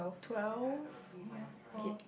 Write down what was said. twelve ya or